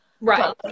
Right